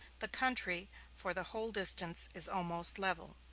the country for the whole distance is almost level.